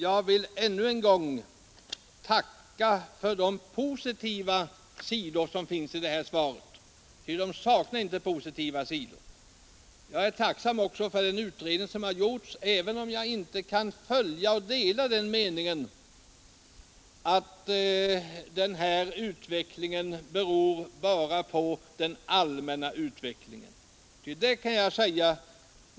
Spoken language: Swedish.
Jag vill ännu en gång tacka för de positiva tankar som uttrycks i svaret ty sådana saknas inte. Jag är också tacksam för den utredning som har gjorts, även om jag inte kan dela meningen att den här utvecklingen beror på den allmänna utvecklingen.